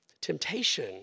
temptation